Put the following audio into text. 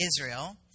Israel